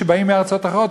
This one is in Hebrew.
שבאים מארצות אחרות,